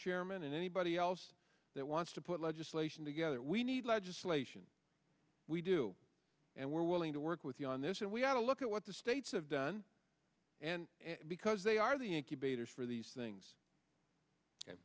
chairman and anybody else that wants to put legislation together we need legislation we do and we're willing to work with you on this and we ought to look at what the states have done and because they are the incubators for these things